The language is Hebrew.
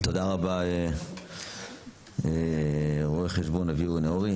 תודה רבה, רו"ח אביהו נאורי.